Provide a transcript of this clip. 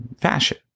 fashion